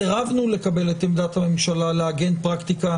סירבנו לקבל את עמדת הממשלה לעגן פרקטיקה